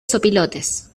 zopilotes